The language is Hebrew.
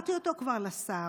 והעברתי אותו כבר לשר,